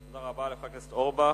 תודה רבה לחבר הכנסת אורבך.